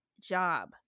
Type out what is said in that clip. job